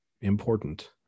Important